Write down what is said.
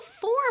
form